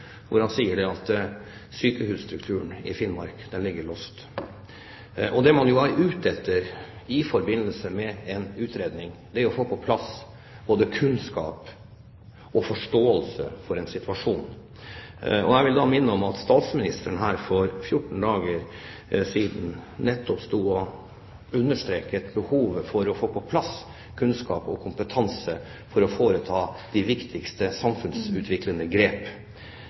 han sier at sykehusstrukturen i Finnmark ligger låst. Det man er ute etter i forbindelse med en utredning, er å få på plass både kunnskap og forståelse for situasjonen. Jeg vil minne om at statsministeren her for 14 dager siden nettopp understreket behovet for å få på plass kunnskap og kompetanse for å foreta de viktigste samfunnsutviklende grep.